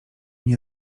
nie